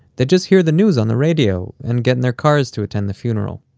they'd just hear the news on the radio, and get in their cars to attend the funeral